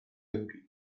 eduki